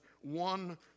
one